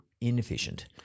inefficient